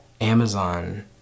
amazon